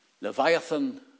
Leviathan